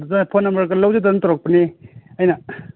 ꯑꯗꯨꯗ ꯐꯣꯟ ꯅꯝꯕꯔꯒ ꯂꯧꯖꯗꯅ ꯇꯧꯔꯛꯄꯅꯦ ꯑꯩꯅ